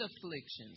afflictions